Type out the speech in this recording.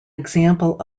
example